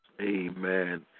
Amen